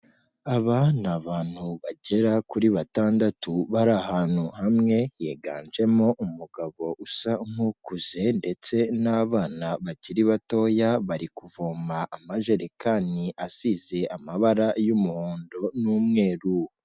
Aba ni abantu bagera kuri batandatu bari ahantu hamwe, higanjemo umugabo usa nk'ukuze ndetse n'abana bakiri batoya bari kuvoma amajerekani asize amabara y'umuhondo n'umweru.